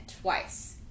twice